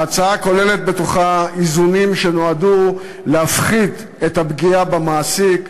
ההצעה כוללת איזונים שנועדו להפחית את הפגיעה במעסיק,